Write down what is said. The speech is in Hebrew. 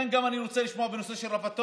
אני רוצה לשמוע גם בנושא של הרפתות